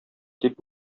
дип